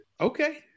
okay